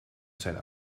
zijn